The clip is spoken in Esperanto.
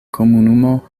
komunumo